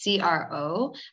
CRO